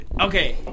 okay